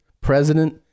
president